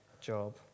job